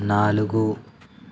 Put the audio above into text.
నాలుగు